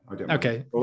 Okay